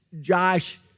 Josh